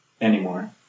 anymore